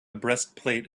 breastplate